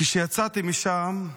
כשיצאתי משם,